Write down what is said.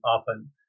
often